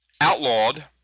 outlawed